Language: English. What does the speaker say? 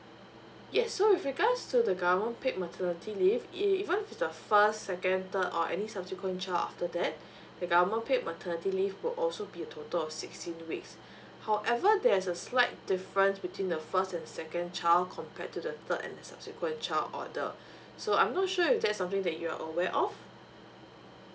yes so with regards to the government paid maternity leave e~ even if it's the first second third or any subsequent child after that the government paid maternity leave will also be a total of sixteen weeks however there's a slight difference between the first and second child compared to the third and the subsequent child order so I'm not sure if that's something that you're aware of